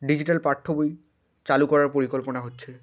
digital পাঠ্যবই চালু করার পরিকল্পনা হচ্ছে